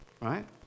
right